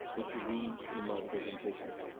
if you read in in my presentations,